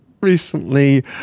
Recently